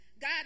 God